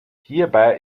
hierbei